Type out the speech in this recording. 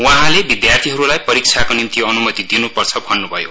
वहाँले विद्यार्थीहरुलाई परीक्षाका निम्ति अन्मति दिन्पर्छ भन्न्भयो